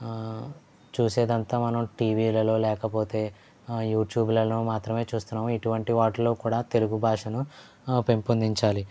ఆ మనం చూసేదంతా టీవీలలో లేకపోతే యూట్యూబ్లలో మాత్రమే చూస్తున్నాము ఇటువంటి వాటిలో కూడా తెలుగు భాషను పెంపొందించాలి